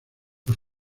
los